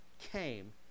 came